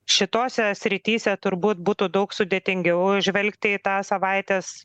šitose srityse turbūt būtų daug sudėtingiau žvelgti į tą savaitės